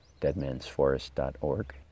deadmansforest.org